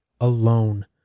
alone